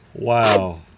wow